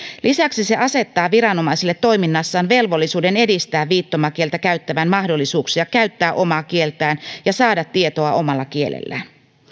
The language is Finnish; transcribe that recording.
lisäksi se asettaa viranomaisille velvollisuuden toiminnassaan edistää viittomakieltä käyttävän mahdollisuuksia käyttää omaa kieltään ja saada tietoa omalla kielellään